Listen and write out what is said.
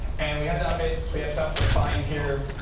and we have a database. we have stuff behind here.